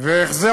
והחזר